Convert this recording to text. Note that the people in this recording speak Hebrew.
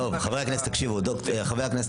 חבר הכנסת